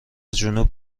جنوب